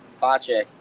Pache